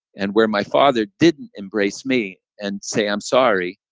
and where my father didn't embrace me and say, i'm sorry,